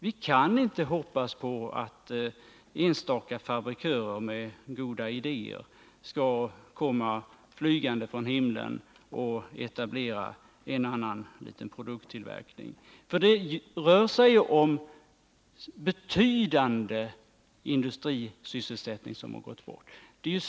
Vi kan inte hoppas på att enstaka fabrikörer med goda idéer skall komma flygande från himlen och etablera en och annan produkttillverkning. En betydande industrisysselsättning har gått förlorad.